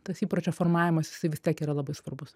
tas įpročio formavimas jisai vis tiek yra labai svarbus